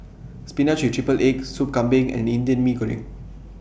Spinach with Triple Egg Sop Kambing and Indian Mee Goreng